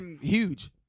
huge